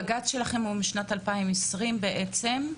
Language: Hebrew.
הבג"ץ שלכם הוא משנת 2020 והתרעתם על כך.